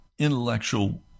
intellectual